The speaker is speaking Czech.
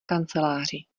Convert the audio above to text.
kanceláři